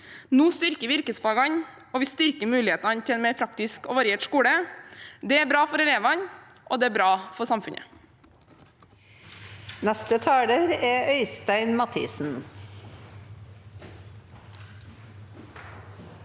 Nå styrker vi yrkesfagene og mulighetene til en mer praktisk og variert skole. Det er bra for elevene, og det er bra for samfunnet.